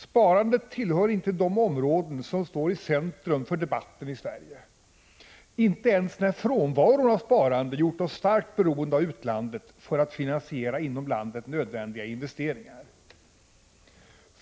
Sparandet tillhör inte de områden som står i centrum för debatten i Sverige, inte ens när frånvaron av sparande gjort oss starkt beroende av utlandet för att finansiera inom landet nödvändiga investeringar.